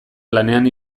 lanean